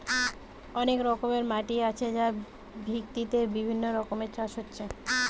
অনেক রকমের মাটি আছে যার ভিত্তিতে বিভিন্ন রকমের চাষ হচ্ছে